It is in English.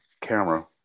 Camera